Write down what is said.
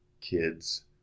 kids